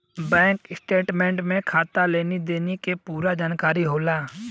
bank statement में खाता के लेनी देनी के पूरा जानकारी होला